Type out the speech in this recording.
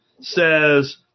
says